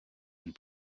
and